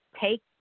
take